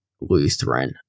Lutheran